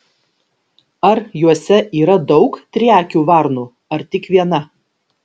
ar juose yra daug triakių varnų ar tik viena